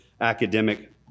academic